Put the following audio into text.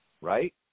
right